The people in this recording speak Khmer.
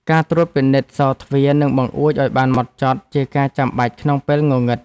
ការត្រួតពិនិត្យសោរទ្វារ និងបង្អួចឱ្យបានហ្មត់ចត់ ជាការចាំបាច់ក្នុងពេលងងឹត។